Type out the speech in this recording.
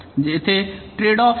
येथे trade off आहे